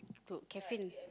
put caffeine